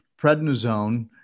prednisone